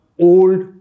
old